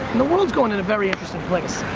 the world's going in a very interesting place.